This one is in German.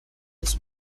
des